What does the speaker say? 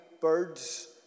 birds